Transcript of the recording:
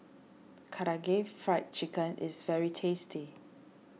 Karaage Fried Chicken is very tasty